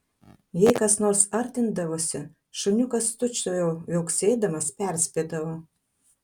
jei kas nors artindavosi šuniukas tučtuojau viauksėdamas perspėdavo